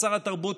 שר התרבות,